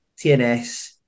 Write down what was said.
TNS